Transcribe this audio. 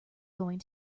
going